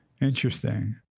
Interesting